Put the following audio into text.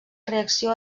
reacció